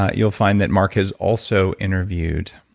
ah you'll find that mark has also interviewed